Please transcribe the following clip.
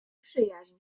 przyjaźń